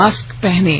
mask पहनें